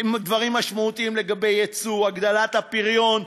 דברים משמעותיים לגבי היצוא והגדלת הפריון,